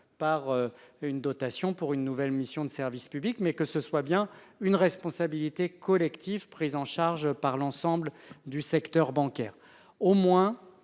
par une dotation pour une nouvelle mission de service public mais que ce soit bien une responsabilité collective, prise en charge par l'ensemble du secteur bancaire